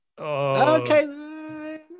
Okay